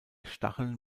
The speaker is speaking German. stacheln